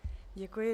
Děkuji.